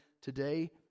today